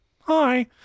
Hi